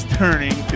turning